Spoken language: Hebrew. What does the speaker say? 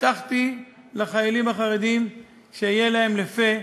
הבטחתי לחיילים החרדים שאהיה להם לפה,